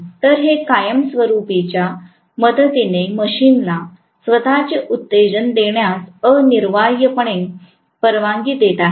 तर हे कायमस्वरुपीच्या मदतीने मशीनला स्वतःचे उत्तेजन देण्यास अनिवार्यपणे परवानगी देत आहे